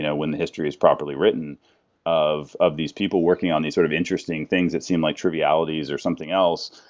yeah when the history is properly written of of these people working on these sort of interesting things that seem like trivialities or something else.